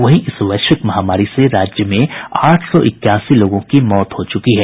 वहीं इस वैश्विक महामारी से राज्य में आठ सौ इक्यासी लोगों की मौत हो चुकी है